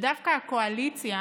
ודווקא הקואליציה,